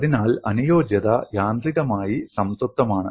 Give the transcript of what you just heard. അതിനാൽ അനുയോജ്യത യാന്ത്രികമായി സംതൃപ്തമാണ്